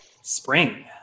Spring